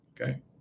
Okay